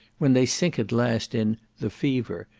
when they sink at last in the fever,